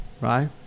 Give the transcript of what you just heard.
right